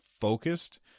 focused